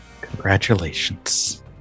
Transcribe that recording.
Congratulations